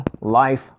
Life